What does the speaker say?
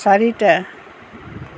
চাৰিটা